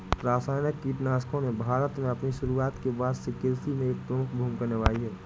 रासायनिक कीटनाशकों ने भारत में अपनी शुरूआत के बाद से कृषि में एक प्रमुख भूमिका निभाई हैं